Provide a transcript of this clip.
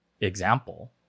example